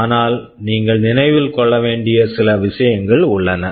ஆனால் நீங்கள் நினைவில் கொள்ள வேண்டிய சில விஷயங்கள் உள்ளன